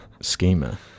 schema